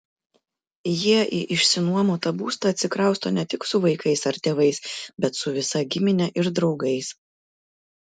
jie į išsinuomotą būstą atsikrausto ne tik su vaikais ar tėvais bet su visa gimine ir draugais